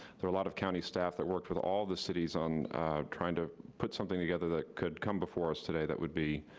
there were a lot of county staff that worked with all the cities on trying to put something together that could come before us today that would be